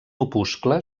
opuscle